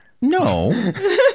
No